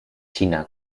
china